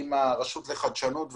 עם הרשות לחדשנות וכו'.